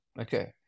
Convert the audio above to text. Okay